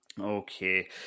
okay